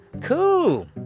Cool